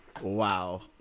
Wow